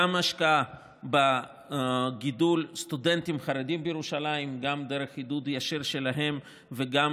השקעה בגידול סטודנטים חרדים בירושלים גם דרך עידוד ישיר שלהם וגם